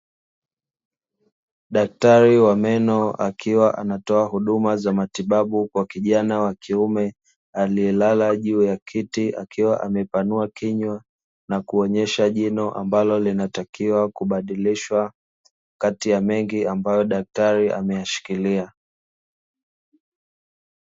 Daktari wa meno akiwa anatoa huduma za matibabu kwa kijana wa kiume, aliyelala juu ya kiti akiwa amepanua kinywa na kuonyesha jino ambalo linatakiwa kubadilishwa kati ya mengi ambayo daktari ameyashikilia.